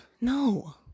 No